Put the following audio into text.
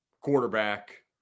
quarterback